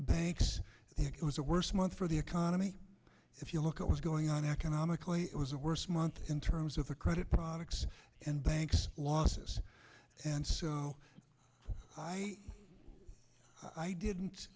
banks it was a worse month for the economy if you look at what's going on economically it was a worse month in terms of the credit products and banks losses and so i i didn't